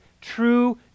true